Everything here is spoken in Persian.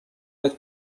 متر